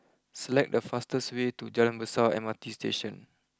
select the fastest way to Jalan Besar M R T Station